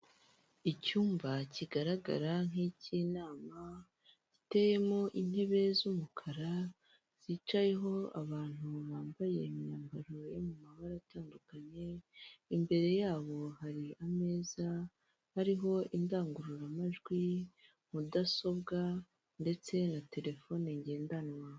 Icyumba kigaragara nk'ik'inama giteyemo intebe z'umukara zicayeho abantu bambaye imyambaro yo mu mabara atandukanye, imbere yabo hari ameza, hariho indangururamajwi mudasobwa ndetse na terefone ngendanwa.